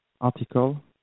article